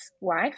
wife